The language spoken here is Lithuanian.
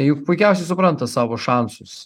juk puikiausiai supranta savo šansus